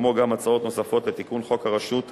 כמו גם הצעות נוספות לתיקון חוק הרשות השנייה,